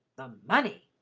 the money!